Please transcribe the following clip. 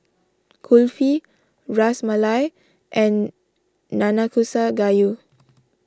Kulfi Ras Malai and Nanakusa Gayu